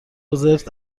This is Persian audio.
زرت